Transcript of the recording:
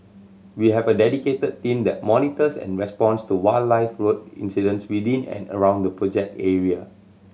we have a dedicated team that monitors and responds to wildlife road incidents within and around the project area